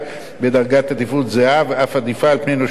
בדרגת עדיפות זהה ואף עדיפה על פני הנושים הקודמים.